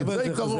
זה עיקרון.